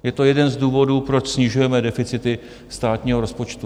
Je to jeden z důvodů, proč snižujeme deficity státního rozpočtu.